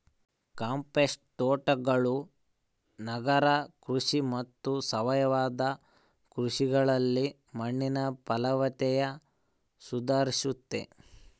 compost ತೋಟಗಳು ನಗರ ಕೃಷಿ ಮತ್ತು ಸಾವಯವ ಕೃಷಿಯಲ್ಲಿ ಮಣ್ಣಿನ ಫಲವತ್ತತೆ ಸುಧಾರಿಸ್ತತೆ